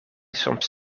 soms